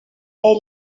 est